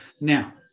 Now